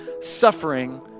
suffering